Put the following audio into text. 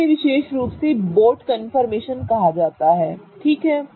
इस विशेष रूप से बोट कन्फर्मेशन कहा जाता है ठीक है